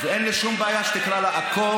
ואין לי שום בעיה שתקרא לה עכו,